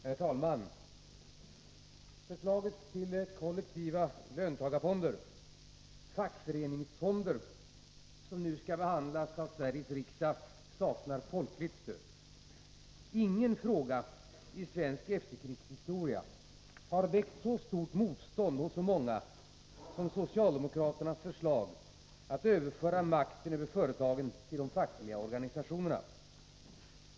Herr talman! Förslaget om kollektiva löntagarfonder, fackföreningsfonder, som nu skall behandlas av Sveriges riksdag, saknar folkligt stöd. Ingen fråga i svensk efterkrigshistoria har väckt så mycket motstånd hos så många som socialdemokraternas förslag att överföra makten över företagen till de fackliga organisationerna.